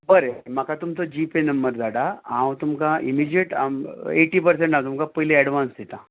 बरें म्हाका तुमचो जी पे नंबर धाडात हांव तुमकां इमिजीएट एटी परसेंट हांव तुमकां एडवांस दितां